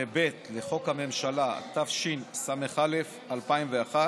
ו-(ב) לחוק הממשלה, התשס"א 2001,